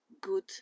good